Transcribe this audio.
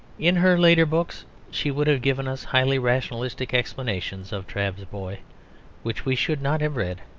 in her later books she would have given us highly rationalistic explanations of trabb's boy which we should not have read.